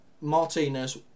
martinez